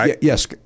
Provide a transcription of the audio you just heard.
Yes